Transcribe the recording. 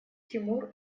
тимур